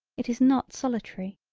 it is not solitary.